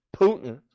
Putin